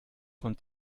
von